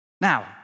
Now